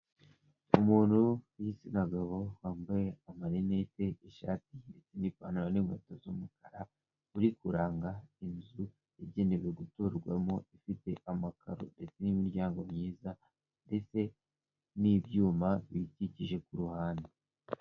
Umuntu w'igitsina gabo wambaye amarinete, ishati n'ipantaro n'inkweto z'umukara. Uri kuranga inzu igenewe guturwamo, ifite amaro ndetse n'imiryango myiza ndetse n'ibyuma biyikikije ku ruhande.